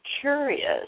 curious